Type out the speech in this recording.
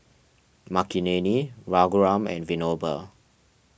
Makineni Raghuram and Vinoba